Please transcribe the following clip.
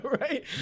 Right